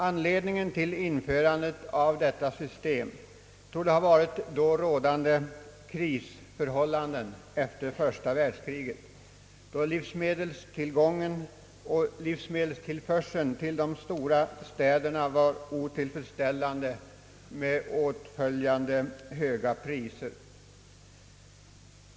Anledningen till att detta system infördes torde ha varit krisförhållandena efter första världskriget, då livsmedelstillförseln till de större städerna var otillfredsställande med höga priser som följd.